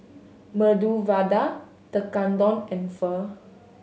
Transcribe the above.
Medu Vada Tekkadon and Pho